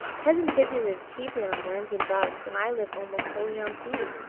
cousin chippy lives chiefly on worms and bugs and i live almost wholly on seeds,